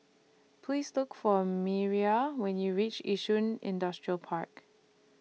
Please Look For Miriah when YOU REACH Yishun Industrial Park